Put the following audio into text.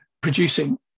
producing